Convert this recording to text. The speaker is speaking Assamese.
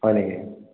হয় নেকি